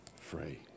free